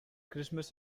christmas